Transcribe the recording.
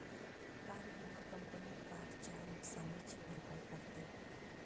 car विमा company कारच्या नुकसानीची भरपाई करते